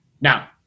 Now